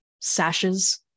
sashes